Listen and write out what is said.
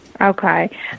Okay